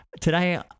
Today